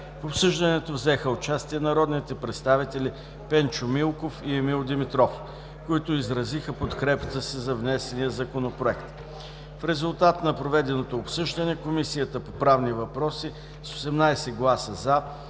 В обсъждането взеха участие народните представители Пенчо Милков и Емил Димитров, които изразиха подкрепата си за внесения законопроект. В резултат на проведеното обсъждане, Комисията по правни въпроси с 18 гласа